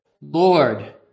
Lord